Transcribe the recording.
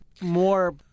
more